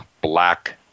black